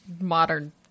modern